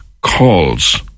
calls